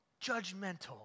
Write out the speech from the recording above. judgmental